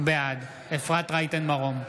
בעד אפרת רייטן מרום,